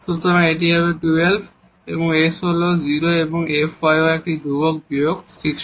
সুতরাং এটি হবে 12 s হল 0 এবং fyy এখানে ধ্রুবক বিয়োগ 16